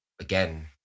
again